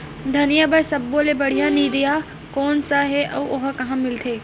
धनिया बर सब्बो ले बढ़िया निरैया कोन सा हे आऊ ओहा कहां मिलथे?